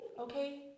Okay